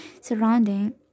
surrounding